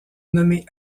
nommés